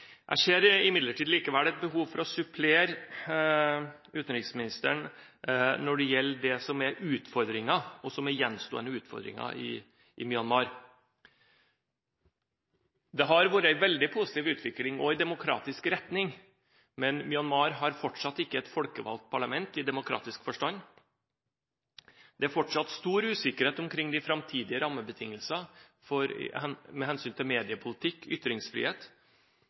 Jeg ser likevel et behov for å supplere utenriksministeren når det gjelder gjenstående utfordringer i Myanmar. Det har vært en veldig positiv utvikling, også i demokratisk retning. Men Myanmar har fortsatt ikke et folkevalgt parlament i demokratisk forstand. Det er fortsatt stor usikkerhet om de framtidige rammebetingelsene med hensyn til mediepolitikk og ytringsfrihet.